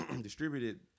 distributed